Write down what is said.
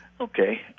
Okay